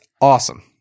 awesome